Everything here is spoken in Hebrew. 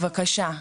בבקשה.